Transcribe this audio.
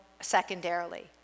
secondarily